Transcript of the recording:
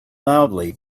loudly